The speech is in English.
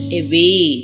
away